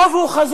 הרוב הוא חזק,